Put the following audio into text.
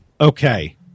okay